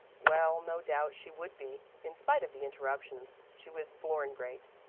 well, no doubt she would be in spite of the interruptions she was born great.